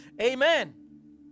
amen